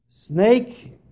Snake